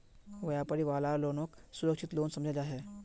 व्यापारी वाला लोनक सुरक्षित लोन समझाल जा छे